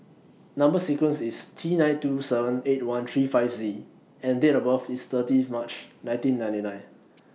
Number sequence IS T nine two seven eight one three five Z and Date of birth IS thirtieth March nineteen ninety nine